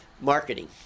marketing